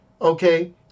okay